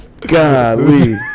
Golly